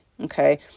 okay